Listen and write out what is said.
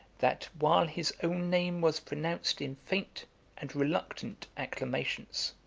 that, while his own name was pronounced in faint and reluctant acclamations,